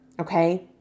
okay